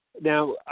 Now